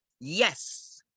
Yes